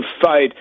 fight